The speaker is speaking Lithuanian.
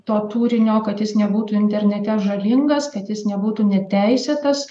to turinio kad jis nebūtų internete žalingas kad jis nebūtų neteisėtas